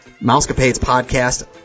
mousecapadespodcast